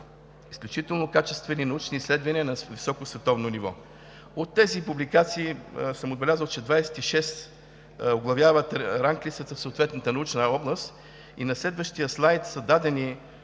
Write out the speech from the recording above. изключително качествени научни изследвания на високо, световно ниво. От тези публикации съм отбелязал, че 26 оглавяват ранглистата в съответната научна област. На следващия слайд е дадено